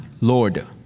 Lord